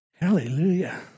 Hallelujah